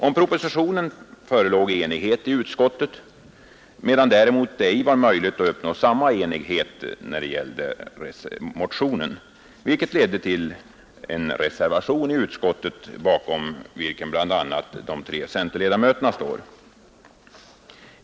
Om propositionen förelåg enighet i utskottet, medan det däremot ej var möjligt att uppnå samma enighet när det gällde motionen, vilket ledde till en reservation i utskottet, bakom vilken bl.a. de tre centerpartiledamöterna står.